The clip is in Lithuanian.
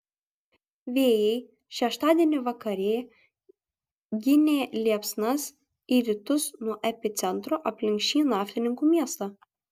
vėjai šeštadienį vakarė ginė liepsnas į rytus nuo epicentro aplink šį naftininkų miestą